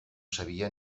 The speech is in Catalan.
sabia